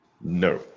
No